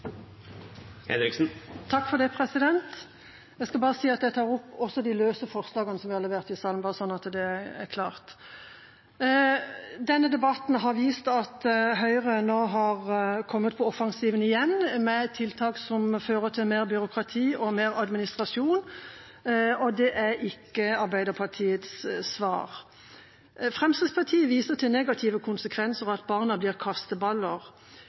Jeg skal først bare si at jeg tar opp også det løse forslaget som vi har levert i saken, slik at det er klart. Denne debatten har vist at Høyre nå har kommet på offensiven igjen med tiltak som fører til mer byråkrati og mer administrasjon. Det er ikke Arbeiderpartiets svar. Fremskrittspartiet viser til negative konsekvenser, og at barna blir